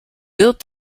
built